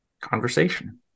conversation